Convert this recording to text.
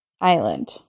Island